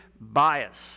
bias